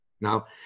Now